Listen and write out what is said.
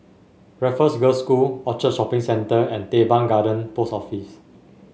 Raffles Girls' School Orchard Shopping Centre and Teban Garden Post Office